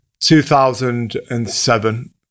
2007